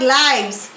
lives